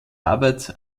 arbeit